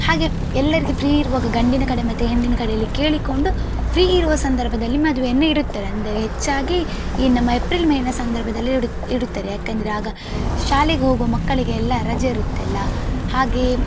ಹಾಗೆ ಎಲ್ಲರಿಗೆ ಫ್ರೀ ಇರುವಾಗ ಗಂಡಿನ ಕಡೆ ಮತ್ತೆ ಹೆಣ್ಣಿನ ಕಡೆಯಲ್ಲಿ ಕೇಳಿಕೊಂಡು ಫ್ರೀ ಇರುವ ಸಂದರ್ಭದಲ್ಲಿ ಮದುವೆಯನ್ನು ಇಡುತ್ತಾರೆ ಅಂದರೆ ಹೆಚ್ಚಾಗಿ ಈ ನಮ್ಮ ಏಪ್ರಿಲ್ ಮೇನ ಸಂದರ್ಭದಲ್ಲಿ ಇಡುತ್ತಾರೆ ಯಾಕೆಂದರೆ ಆಗ ಶಾಲೆಗೆ ಹೋಗುವ ಮಕ್ಕಳಿಗೆ ಎಲ್ಲ ರಜೆ ಇರುತ್ತಲ್ಲ ಹಾಗೇ